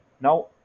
Now